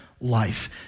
life